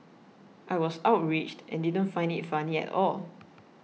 I was outraged and didn't find it funny at all